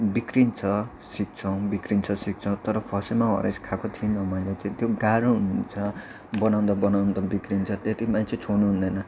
बिग्रिन्छ सिक्छौँ बिग्रिन्छ सिक्छौँ तर फर्स्टैमा हरेस खाएको थिइनँ मैले त्यो गाह्रो हुन्छ बनाउँदा बनाउँदै बिग्रिन्छ त्यतिमै चाहिँ छोड्नु हुँदैन